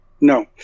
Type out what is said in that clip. No